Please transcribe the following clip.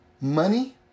Money